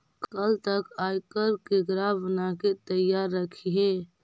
कल तक आयकर के ग्राफ बनाके तैयार रखिहें